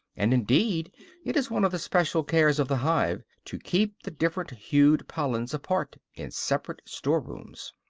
and indeed it is one of the special cares of the hive to keep the different-hued pollens apart in separate store-rooms.